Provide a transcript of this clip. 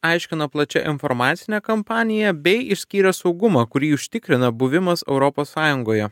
aiškino plačia informacinę kampanija bei išskyrė saugumą kurį užtikrina buvimas europos sąjungoje